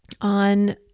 on